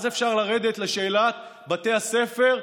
אז אפשר לרדת לשאלת בתי הספר,